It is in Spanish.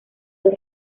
dos